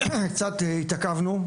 קצת התעכבנו,